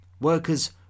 Workers